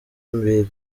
imbibe